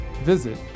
Visit